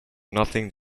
nothing